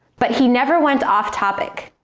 but he never went off-topic.